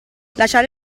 lasciare